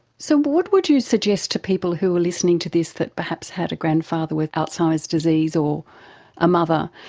so what would you suggest to people who are listening to this that perhaps had a grandfather with alzheimer's disease or a mother,